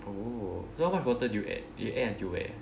oh how much water did you add you add until where